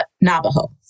Navajo